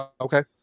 Okay